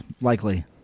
Likely